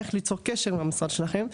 איך ליצור קשר עם המשרד שלכם,